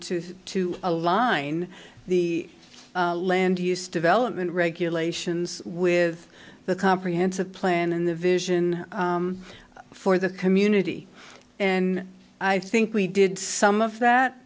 to to align the land use development regulations with the comprehensive plan in the vision for the community and i think we did some of that